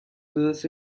uses